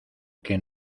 que